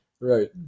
Right